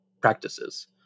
practices